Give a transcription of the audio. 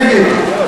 היה פה נגד-נגד-נגד.